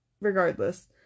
regardless